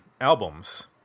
albums